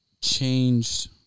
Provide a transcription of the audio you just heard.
changed